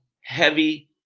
heavy